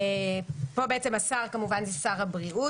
אבל מה המטרה של הבדיקות?